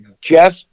jeff